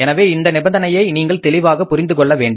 எனவே இந்த நிபந்தனையை நீங்கள் தெளிவாக புரிந்துகொள்ளவேண்டும்